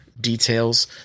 details